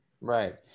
Right